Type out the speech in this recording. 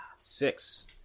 six